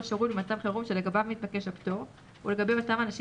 שירות במצב חירום שלגביו מתבקש הפטור ולגבי אותם אנשים